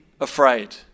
afraid